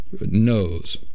knows